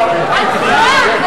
כהצעת הוועדה.